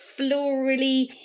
florally